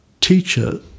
teacher